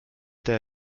der